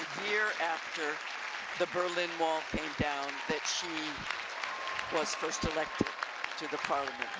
year after the berlin wall came down that she was first elected to the parliament